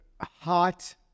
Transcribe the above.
hot